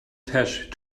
tesh